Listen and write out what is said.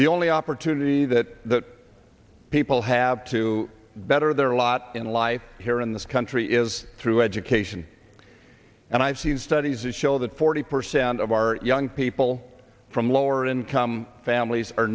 the only opportunity that that people have to better their lot in life here in this country is through education and i've seen studies that show that forty percent of our young people from lower income families are